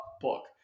book